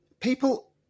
People